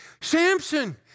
Samson